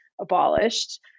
abolished